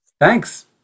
Thanks